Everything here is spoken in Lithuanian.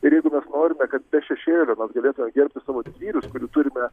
ir jeigu mes norime kad be šešėlių mes galėtumėm gerbti savo didvyrius kurių turime